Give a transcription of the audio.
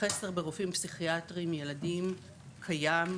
חסר ברופאים פסיכיאטרים ילדים קיים.